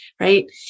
Right